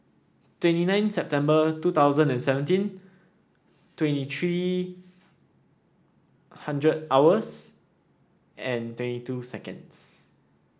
twenty nine September two thousand and seventeen twenty three hundred hours and two seconds